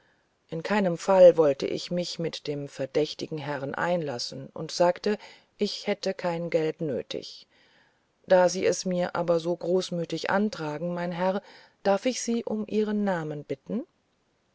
in keinem falle wollte ich mich mit dem verdächtigen herrn einlassen und sagte ich hätte kein geld nötig da sie es mir aber so großmütig antragen mein herr darf ich sie um ihren namen bitten